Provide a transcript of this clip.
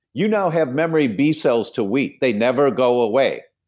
you now have memory b cells to wheat. they never go away.